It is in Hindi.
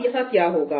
अब यहां क्या होगा